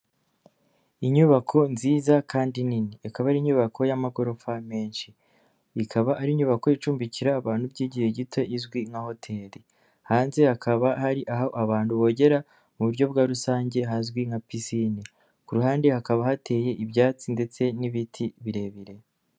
Inyubako nziza kandi nini ikaba ari inyubako y'amagorofa menshi, ikaba ari inyubako icumbikira abantu by'igihe gito izwi nka hoteri, hanze hakaba hari aho abantu bogera mu buryo bwa rusange hazwi nka pisine, ku ruhande hakaba hateye ibyatsi ndetse n'ibiti birebire.